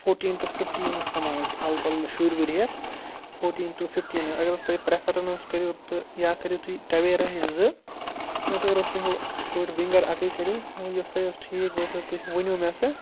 fourteen to fifteen سَمو أسۍ اَلہٕ پلہٕ شُرۍ وُرۍ ہٮ۪تھ فوٹیٖن ٹُہ فِفٹیٖن اگر حظ تۄہہِ پرٛٮ۪فرٮ۪نٕس کٔرِو تہٕ یا کٔرِو تُہۍ ٹَویراہٕے زٕ نَتہٕ اگر حظ تۄہہِ ہُہ بٔڑ وِنٛگر اَکٕے کٔرِو وۄنۍ یۄس تۄہہِ حظ ٹھیٖک باسیو تُہۍ ؤنِو مےٚ سۄ